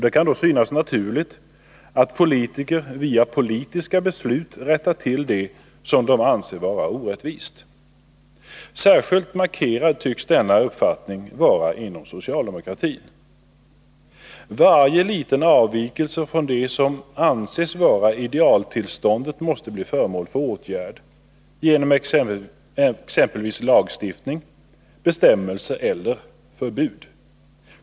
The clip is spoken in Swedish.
Det kan då synas naturligt att politiker via politiska beslut rättar till det som de anser vara orättvist. Särskilt markerad tycks denna uppfattning vara inom socialdemokratin. Varje liten avvikelse från det som anses vara idealtillståndet måste bli föremål för åtgärd, genom exempelvis lagstiftning, bestämmelser eller förbud.